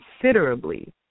considerably